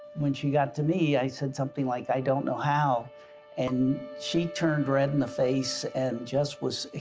when she got to me i said something like i don't know how and she turned red in the face and just was,